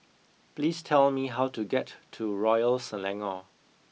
please tell me how to get to Royal Selangor